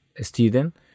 student